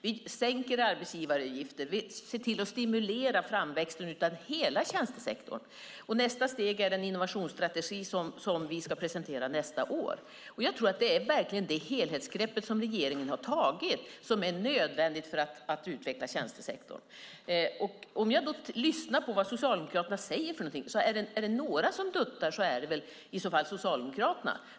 Vi sänker arbetsgivaravgifter. Vi ser till att stimulera framväxten av hela tjänstesektorn. Nästa steg är en innovationsstrategi som vi ska presentera nästa år. Jag tror att det verkligen är det helhetsgrepp som regeringen har tagit som är nödvändigt för att utveckla tjänstesektorn. Om jag lyssnar på vad Socialdemokraterna säger för någonting får jag känslan att är det några som duttar är det i så fall Socialdemokraterna.